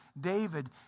David